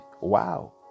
wow